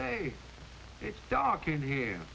they it's dark in here